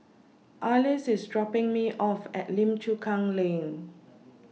Arlis IS dropping Me off At Lim Chu Kang Lane